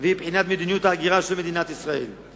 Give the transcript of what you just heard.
והיא בחינת מדיניות ההגירה של מדינת ישראל.